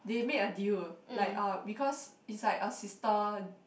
they made a deal like uh because is like assistant